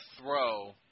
throw